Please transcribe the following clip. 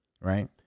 Right